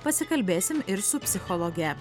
pasikalbėsim ir su psichologe